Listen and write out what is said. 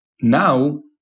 Now